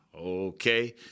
Okay